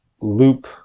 loop